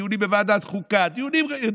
דיונים בוועדת חוקה,